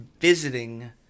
Visiting